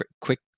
Quick